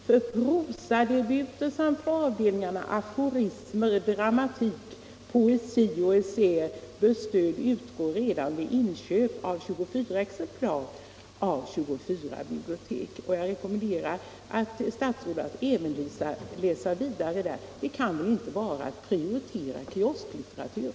För prosadebuter samt för avdelningarna Aforismer, Dramatik, Poesi och Essäer bör stöd utgå redan vid inköp av 24 exemplar av 24 bibliotek.” Jag rekommenderar också statsrådet att läsa vidare där. Det kan väl inte vara att prioritera kiosklitteratur?